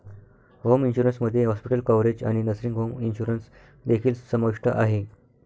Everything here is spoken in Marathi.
होम इन्शुरन्स मध्ये हॉस्पिटल कव्हरेज आणि नर्सिंग होम इन्शुरन्स देखील समाविष्ट आहे